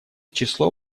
число